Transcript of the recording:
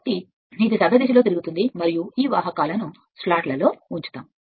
కాబట్టి ఇది సవ్యదిశలో తిరుగుతుంది మరియు ఈ వాహకాలను స్లాట్లలో ఉంచుతారు